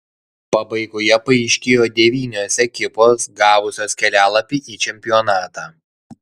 pabaigoje paaiškėjo devynios ekipos gavusios kelialapį į čempionatą